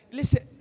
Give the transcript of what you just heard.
Listen